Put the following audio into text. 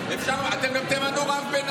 אתם תמנו רב גם בנהלל.